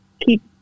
keep